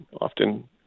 often